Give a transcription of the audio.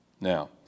Now